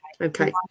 Okay